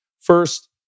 First